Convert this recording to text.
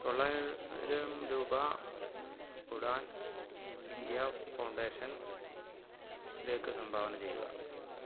തൊള്ളായിരം രൂപ ഉഡാൻ ഇന്ത്യ ഫൗണ്ടേഷനിലേക്ക് സംഭാവന ചെയ്യുക